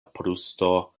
brusto